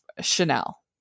Chanel